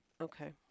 okay